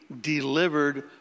delivered